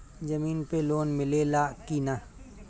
जमीन पे लोन मिले ला की ना?